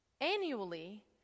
annually